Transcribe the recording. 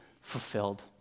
Fulfilled